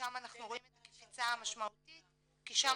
שם אנחנו רואים את הקפיצה המשמעותית כי שם